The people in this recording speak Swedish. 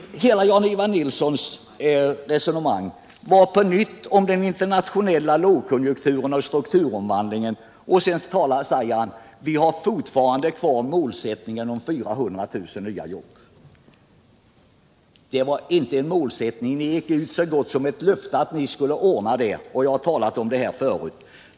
Hela Jan-Ivan Nilssons resonemang handlade även nu om den internationella lågkonjunkturen och strukturomvandlingen. Sedan sade han: Vi har fortfarande kvar målsättningen om 400 000 nya jobb. Det var emellertid inte en målsättning, utan vad ni gick ut med var så gott som ett löfte om att ni skulle ordna dem; vi har talat om detta förut.